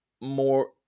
more